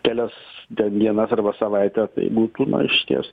kelias ten dienas arba savaitę tai būtų na išties